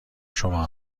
شما